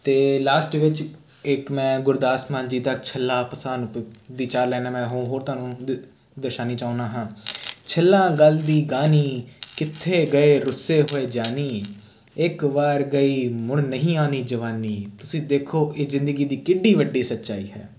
ਅਤੇ ਲਾਸਟ ਵਿੱਚ ਇੱਕ ਮੈਂ ਗੁਰਦਾਸ ਮਾਨ ਜੀ ਦਾ ਛੱਲਾ ਪਸੰਦ ਦੀ ਚਾਰ ਲੈਨਾ ਮੈਂ ਹੋ ਹੋਰ ਤੁਹਾਨੂੰ ਦਰਸਾਉਣੀ ਚਾਹੁੰਦਾ ਹਾਂ ਛੱਲਾਂ ਗੱਲ ਦੀ ਗਾਨੀ ਕਿੱਥੇ ਗਏ ਰੁੱਸੇ ਹੋਏ ਜਾਨੀ ਇੱਕ ਵਾਰ ਗਈ ਮੁੜ ਨਹੀਂ ਆਉਣੀ ਜਵਾਨੀ ਤੁਸੀਂ ਦੇਖੋ ਇਹ ਜ਼ਿੰਦਗੀ ਦੀ ਕਿੱਡੀ ਵੱਡੀ ਸੱਚਾਈ ਹੈ